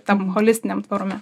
tam holistiniam tvarume